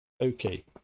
okay